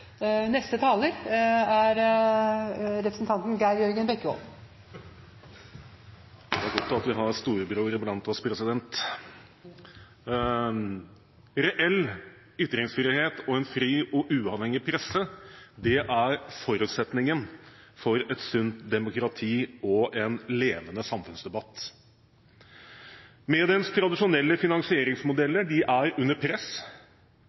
er godt at vi har storebror blant oss! Reell ytringsfrihet og en fri og uavhengig presse er forutsetningen for et sunt demokrati og en levende samfunnsdebatt. Medienes tradisjonelle finansieringsmodeller er under press.